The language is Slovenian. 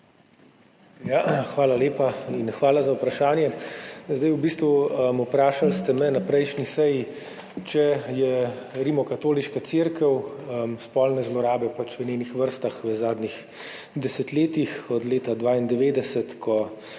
Hvala lepa. Hvala za vprašanje. Vprašali ste me na prejšnji seji, ali je Rimokatoliška cerkev spolne zlorabe v svojih vrstah v zadnjih desetletjih od leta 1992,